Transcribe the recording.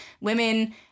Women